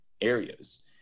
areas